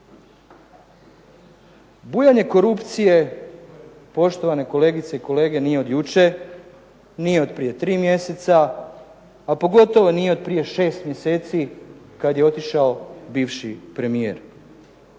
Bujanje korupcije poštovane kolegice i kolege nije od jučer, nije od prije tri mjeseca, a pogotovo nije od prije 6 mjeseci kada je otišao bivši premijer.